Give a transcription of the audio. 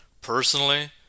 personally